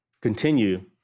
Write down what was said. continue